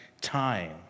time